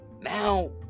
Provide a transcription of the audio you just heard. now